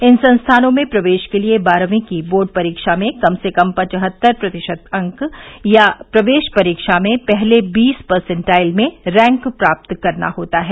इन संस्थानों में प्रवेश के लिए बारहवीं की बोर्ड परीक्षा में कम से कम पचहत्तर प्रतिशत अंक या प्रवेश परीक्षा में पहले बीस परसेंटाइल में रैंक प्राप्त करना होता है